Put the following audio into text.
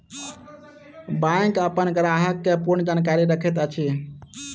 bank अपन ग्राहक के पूर्ण जानकारी रखैत अछि